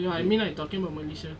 ya I mean I talking about malaysia